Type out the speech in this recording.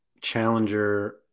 Challenger